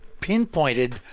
pinpointed